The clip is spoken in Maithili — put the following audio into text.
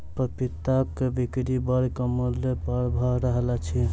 पपीताक बिक्री बड़ कम मूल्य पर भ रहल अछि